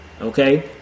Okay